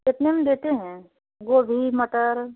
कितने में देते हैं गोभी मटर